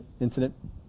incident